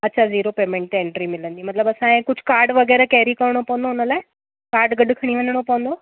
अच्छा zero payment ते entry मिलंदी मतिलबु असांखे कुझु कार्ड वगै़रह कैरी करिणो पवंदो हुन लाइ कार्ड गॾु खणी वञिणो पवंदो